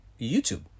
YouTube